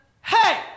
Hey